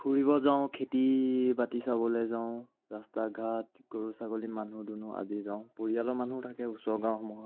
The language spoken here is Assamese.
ফুৰিব যাওঁ খেতি বাতি চাবলৈ যাওঁ ৰাস্তা ঘাট গৰু ছাগলী মানুহ দুনুহ আদি যাওঁ পৰিয়ালৰ মানুহো থাকে ওচৰৰ গাঁওসমূহত